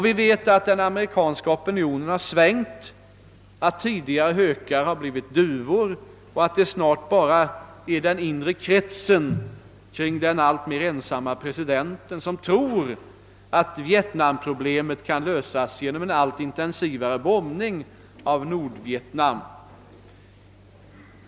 Vi vet att den amerikanska opinionen svängt, att tidigare hökar blivit duvor och att det snart bara är den inre kretsen kring den alltmer ensamme presidenten som tror på att vietnamproblemet kan lösas genom en allt intensivare bombning av Nordvietnam.